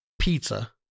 pizza